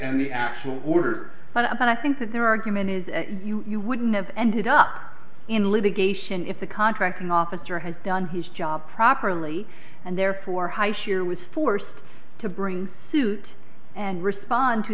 and the actual ordered but i think their argument is you wouldn't have ended up in litigation if the contracting officer has done his job properly and therefore high here was forced to bring suit and respond to